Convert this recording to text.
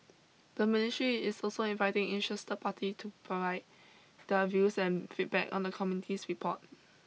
the ministry is also inviting interested party to provide their views and feedback on the committee's report